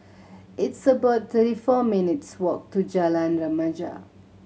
it's about thirty four minutes' walk to Jalan Remaja